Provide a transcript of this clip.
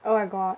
oh my god